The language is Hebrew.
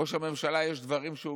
ראש הממשלה, יש דברים שהוא